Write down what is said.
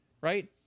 right